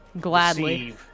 gladly